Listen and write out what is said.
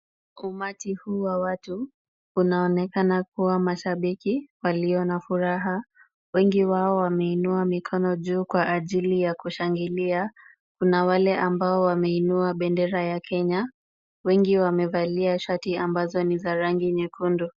Umati huu wa watu unaonekana kuwa mashabiki walio na furaha. Wengi wao wameinua mikono juu kwa ajili ya kushangilia. Kuna wale ambao wameinua bendera ya Kenya, wengi wamevalia shati ambazo ni za rangi nyekundu.